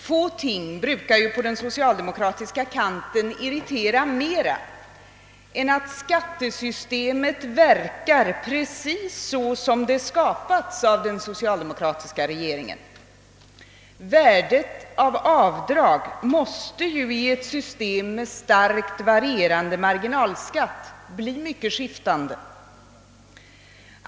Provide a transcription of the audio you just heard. Få ting brukar på den socialdemokratiska kanten irritera mera än att skattesystemet verkar precis så som det skapats av den socialdemokratiska regeringen. Värdet av avdrag måste ju i ett system med starkt varierande marginalskatt bli mycket skiftande.